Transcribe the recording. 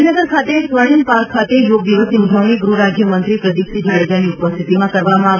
ગાંધીનગર ખાતે સ્વર્ણિમ પાર્ક ખાતે યોગ દિવસની ઉજવણી ગ્રહરાજ્યમંત્રી પ્રદીપસિંહ જાડેજાની ઉપસ્થિતિમાં કરવામાં આવી